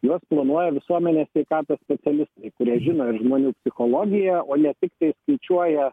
juos planuoja visuomenės sveikatos specialistai kurie žino ir žmonių psichologiją o ne tiktai skaičiuoja